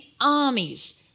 armies